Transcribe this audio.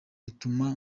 bituma